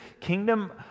kingdom